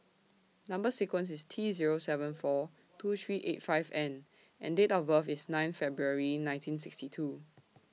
Number sequence IS T Zero seven four two three eight five N and Date of birth IS nine February nineteen sixty two